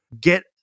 Get